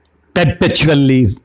perpetually